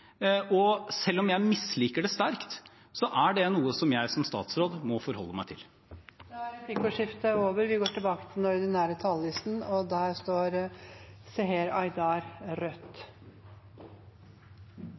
Selv om jeg misliker det sterkt, er det noe jeg som statsråd må forholde meg til. Replikkordskiftet er over. De talere som heretter får ordet, har også en taletid på inntil 3 minutter. Det er den